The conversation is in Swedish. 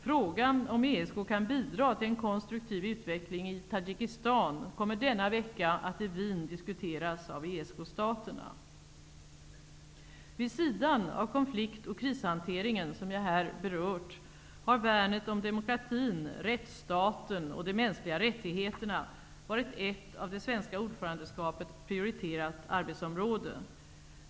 Frågan om ESK kan bidra till en konstruktiv utveckling i Tadzjikistan kommer denna vecka att i Wien diskuteras av ESK-staterna. Vid sidan av konflikt och krishanteringen, som jag här berört, har värnet om demokratin, rättsstaten och de mänskliga rättigheterna varit ett av det svenska ordförandeskapet prioriterat arbetsområde.